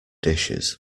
dishes